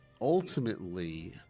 ultimately